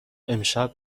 امشب